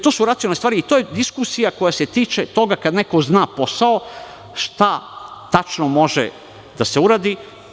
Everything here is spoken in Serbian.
To su racionalne stvari i to je diskusija koja se tiče toga kad neko zna posao, šta tačno može da se uradi.